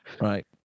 right